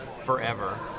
forever